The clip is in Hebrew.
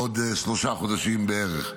בעוד שלושה חודשים בערך.